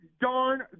darn